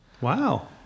Wow